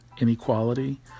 inequality